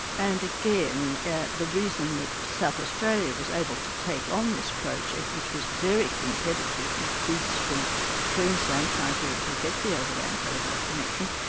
and again, the reason that south australia was able to take on this project, which was very competitive with bids from queensland trying to to get the overland telegraph connection,